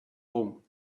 home